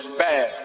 bad